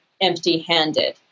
empty-handed